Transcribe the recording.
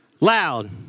loud